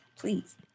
Please